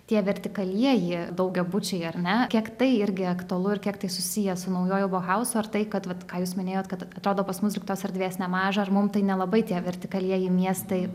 tie vertikalieji daugiabučiai ar ne kiek tai irgi aktualu ir kiek tai susiję su naujuoju bohauzu ar tai kad vat ką jūs minėjot kad atrodo pas mus atrodo juk tos erdvės nemaža ar mums tai nelabai tie vertikalieji miestai